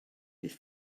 beth